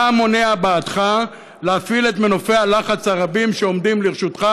מה מונע בעדך להפעיל את מנופי הלחץ הרבים שעומדים לרשותך